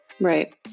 right